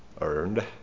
earned